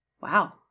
Wow